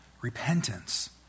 Repentance